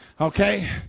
Okay